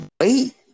Wait